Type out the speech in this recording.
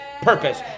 purpose